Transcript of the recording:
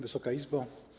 Wysoka Izbo!